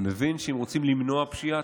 מבין שאם רוצים למנוע פשיעה,